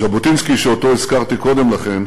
ז'בוטינסקי, שאותו הזכרתי קודם לכן,